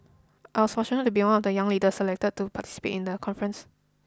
I was fortunate to be one of the young leaders selected to participate in the conference